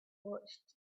watched